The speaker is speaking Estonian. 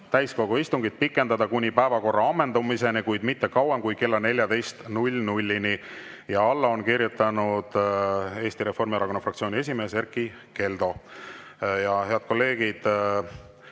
täiskogu istungit pikendada kuni päevakorra ammendumiseni, kuid mitte kauem kui kella 14‑ni. Alla on kirjutanud Eesti Reformierakonna fraktsiooni esimees Erkki Keldo. Head kolleegid,